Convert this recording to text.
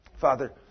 Father